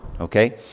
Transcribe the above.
Okay